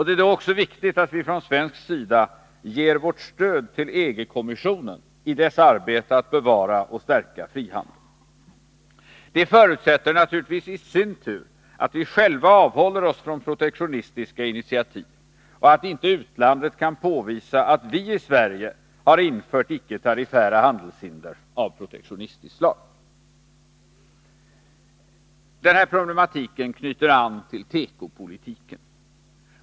Det är då också viktigt att vi från svensk sida ger vårt stöd till EG-kommissionen i dess arbete att bevara och stärka frihandeln. Det förutsätter naturligtvis i sin tur att vi själva avhåller oss från protektionistiska initiativ och att inte utlandet kan påvisa att vi i Sverige har infört icke-tariffära handelshinder av protektionistiskt slag. Den här problematiken knyter an till tekopolitiken.